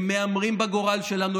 הם מהמרים בגורל שלנו,